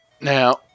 Now